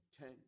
ten